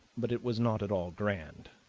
but it was not at all grand,